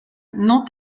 non